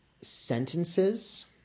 sentences